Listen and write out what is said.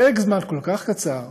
בפרק זמן כל כך קצר